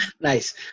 Nice